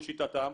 לשיטתם,